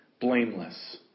blameless